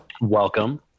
Welcome